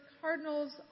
cardinals